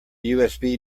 usb